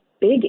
big